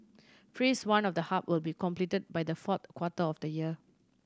Phase One of the hub will be completed by the fourth quarter of the year